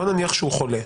בואו נניח שהוא חולה